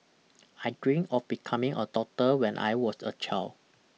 I dreamt of becoming a doctor when I was a child